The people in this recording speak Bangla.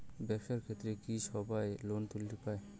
ব্যবসার ক্ষেত্রে কি সবায় লোন তুলির পায়?